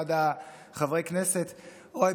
אחד מחברי הכנסת: אוי,